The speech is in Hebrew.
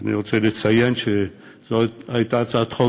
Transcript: אני רוצה לציין שזאת הייתה הצעת חוק